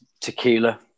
tequila